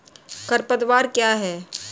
खरपतवार क्या है?